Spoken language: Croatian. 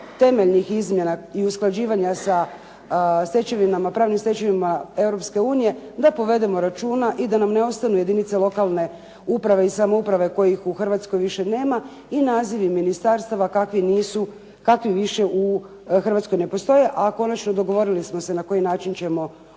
temeljnih izmjena i usklađivanja s pravnim stečevinama Europske unije da povedemo računa i da nam ne ostanu jedinice lokalne uprave i samouprave kojih u Hrvatskoj više nema i nazivi ministarstava kakvi više u Hrvatskoj ne postoje. A konačno, dogovorili smo se na koji način ćemo u